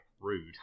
Rude